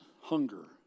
hunger